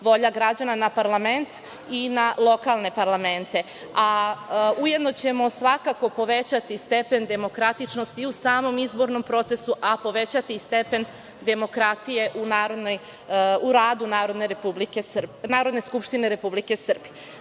volja građana na parlament i na lokalne parlamente, a ujedno ćemo svakako povećati stepen demokratičnosti u samom izbornom procesu, a povećati stepen demokratije u radu Narodne skupštine Republike